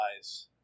eyes